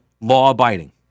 law-abiding